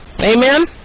Amen